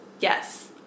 Yes